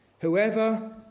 Whoever